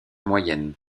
moyenne